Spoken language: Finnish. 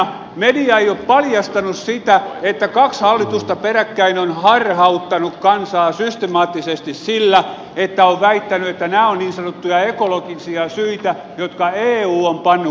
media ei ole paljastanut sitä että kaksi hallitusta peräkkäin on harhauttanut kansaa systemaattisesti sillä että on väittänyt että nämä ovat niin sanottuja ekologisia syitä jotka eu on pannut kansan ikeeksi